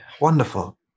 wonderful